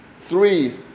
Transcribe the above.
three